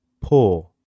poor